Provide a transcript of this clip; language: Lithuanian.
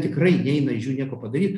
tikrai neina iš jų nieko padaryt